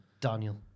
Daniel